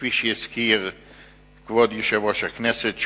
כפי שהזכיר כבוד יושב-ראש הכנסת,